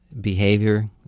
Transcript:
behavior